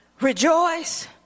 rejoice